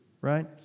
right